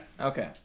Okay